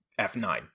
F9